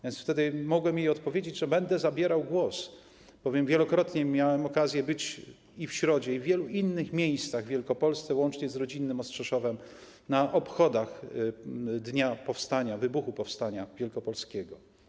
Więc wtedy mogłem jej odpowiedzieć, że będę zabierał głos, bowiem wielokrotnie miałem okazję być i w Środzie, i w wielu innych miejscach w Wielkopolsce, łącznie z rodzinnym Ostrzeszowem, na obchodach dnia wybuchu powstania wielkopolskiego.